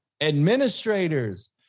administrators